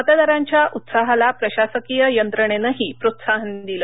मतदारांच्या उत्साहाला प्रशासकीय यंत्रणेनंही प्रोत्साहन दिलं